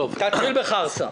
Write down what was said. תתחיל בחרסה.